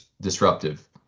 disruptive